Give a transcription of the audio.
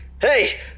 Hey